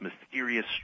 mysterious